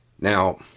Now